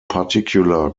particular